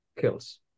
Kills